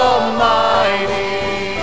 Almighty